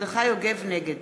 נגד